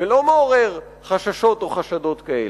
ולא מעורר חששות או חשדות כאלה.